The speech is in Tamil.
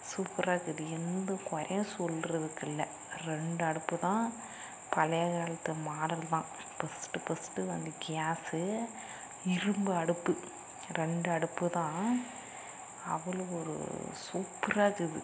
சூப்பராக்குது எந்த குறையும் சொல்கிறதுக்கில்ல ரெண்டு அடுப்புதான் பழைய காலத்து மாடல்தான் பர்ஸ்ட் பர்ஸ்ட் வாங்கின கேஸ் இரும்பு அடுப்பு ரெண்டு அடுப்புதான் அவ்வளோ ஒரு சூப்பராக்குது